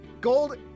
Gold